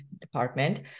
department